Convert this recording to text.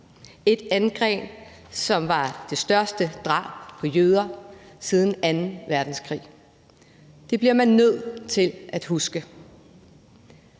et angreb, som var det største drab på jøder siden anden verdenskrig. Det bliver man nødt til at huske.